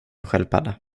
sköldpadda